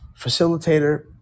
Facilitator